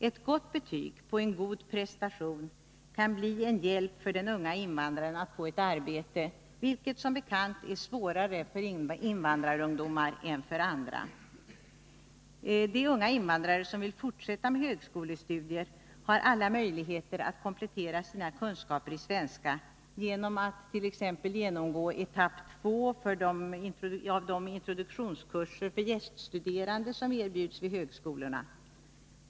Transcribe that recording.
Ett gott betyg på en god prestation kan bli en hjälp för den unga invandraren att få ett arbete, vilket som bekant är svårare för invandrarungdomar än för andra. De unga invandrare som vill fortsätta med högskolestudier har alla möjligheter att komplettera sina kunskaper i svenska genom att t.ex. genomgå etapp II av de introduktionskurser för gäststuderande som erbjuds vid högskolorna.